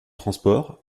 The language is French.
transport